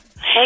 Hey